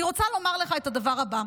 אני רוצה לומר לך את הדבר הבא: